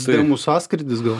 seimo sąskrydis gal